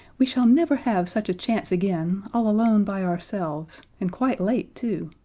we shall never have such a chance again all alone by ourselves and quite late, too.